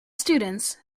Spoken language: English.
students